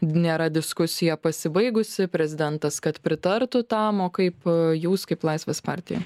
nėra diskusija pasibaigusi prezidentas kad pritartų tam o kaip jūs kaip laisvės partija